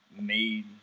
made